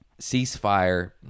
ceasefire